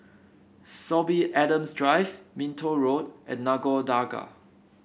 Sorby Adams Drive Minto Road and Nagore Dargah